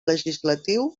legislatiu